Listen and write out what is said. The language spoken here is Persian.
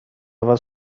اول